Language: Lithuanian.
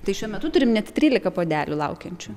tai šiuo metu turime net trylika puodelių laukiančių